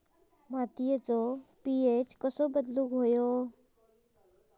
मातीचो पी.एच कसो बदलुक होयो?